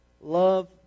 love